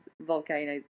volcanoes